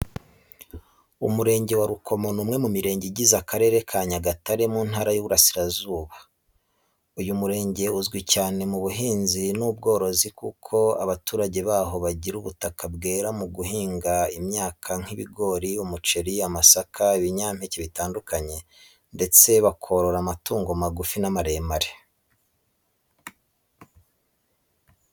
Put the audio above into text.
Umurenge wa Rukomo ni umwe mu mirenge igize Akarere ka Nyagatare, mu Ntara y’Iburasirazuba. Uyu murenge uzwi cyane mu buhinzi n’ubworozi kuko abaturage baho bagira ubutaka bwera mu guhinga imyaka nk’ibigori, umuceri, amasaka n’ibinyampeke bitandukanye, ndetse bakorora n’amatungo magufi n’amaremare.